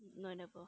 no I never